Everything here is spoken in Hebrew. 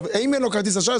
אם אין לו כרטיס אשראי,